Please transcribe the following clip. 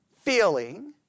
feeling